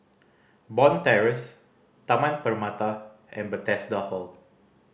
Bond Terrace Taman Permata and Bethesda Hall